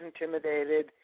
intimidated